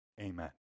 Amen